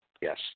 Yes